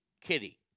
Kitty